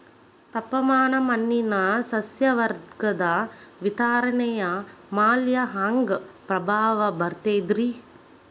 ತಾಪಮಾನ ಮಣ್ಣಿನ ಸಸ್ಯವರ್ಗದ ವಿತರಣೆಯ ಮ್ಯಾಲ ಹ್ಯಾಂಗ ಪ್ರಭಾವ ಬೇರ್ತದ್ರಿ?